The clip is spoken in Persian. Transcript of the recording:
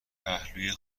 پهلوی